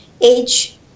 age